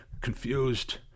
confused